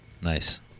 nice